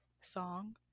song